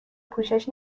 پوشش